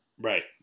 Right